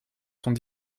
sont